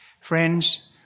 Friends